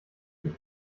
ich